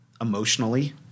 emotionally